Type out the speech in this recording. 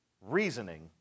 reasoning